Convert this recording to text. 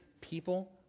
people